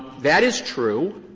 that is true